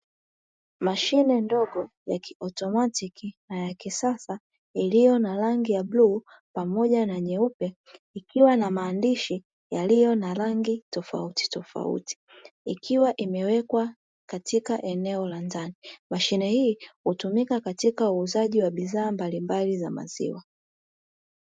Mashine ndogo ya kiautomatiki na ya kisasa iliyo na rangi ya bluu pamoja na nyeupe ilikiwa na maandishi ya rangi tofauti tofauti, ikiwa imewekwa katika eneo la ndani, mashine hii hutumika katika uuzaji wa bidhaa mbalimbali za maziwa.